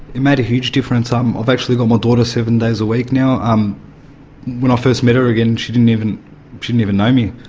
it made a huge difference. um i've actually got my daughter seven days a week now. um when i ah first met her again she didn't even didn't even know me,